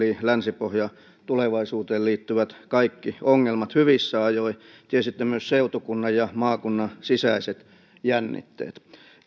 länsi pohjan tulevaisuuteen liittyvät kaikki ongelmat hyvissä ajoin tiesitte myös seutukunnan ja maakunnan sisäiset jännitteet